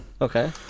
Okay